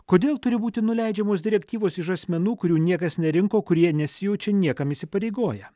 kodėl turi būti nuleidžiamos direktyvos iš asmenų kurių niekas nerinko kurie nesijaučia niekam įsipareigoję